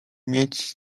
mieć